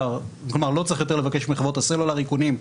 לא צריך יותר לבקש מחברות הסלולר איכונים,